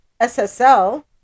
SSL